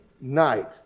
night